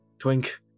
Twink